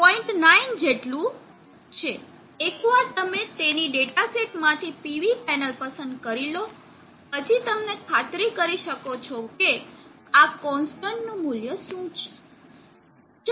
9 જેટલું છે એકવાર તમે તેની ડેટા શીટમાંથી PV પેનલ પસંદ કરી લો પછી તમે ખાતરી કરી શકો છો કે આ કોનસ્ટન્ટ નું મૂલ્ય શું છે